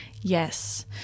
Yes